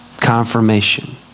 Confirmation